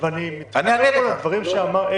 אני מתחבר פה לדברים שאמר אלי.